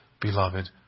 beloved